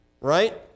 right